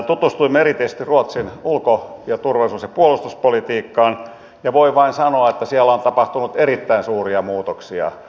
tutustuimme erityisesti ruotsin ulko turvallisuus ja puolustuspolitiikkaan ja voin vain sanoa että siellä on tapahtunut erittäin suuria muutoksia